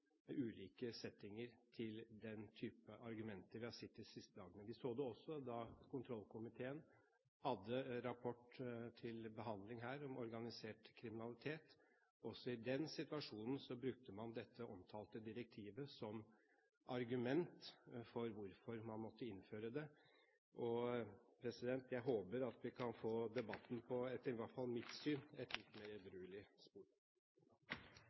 ulike settinger til den type argumenter vi har sett de siste dagene. Vi så det også da kontrollkomiteen hadde rapporten om organisert kriminalitet til behandling. Også i den situasjonen brukte man denne type argumenter for hvorfor man måtte innføre dette omtalte direktivet. Jeg håper at vi kan få debatten på et – i hvert fall etter mitt syn – litt mer edruelig spor.